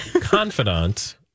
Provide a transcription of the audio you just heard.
confidant